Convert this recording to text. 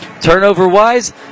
Turnover-wise